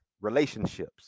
relationships